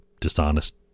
dishonest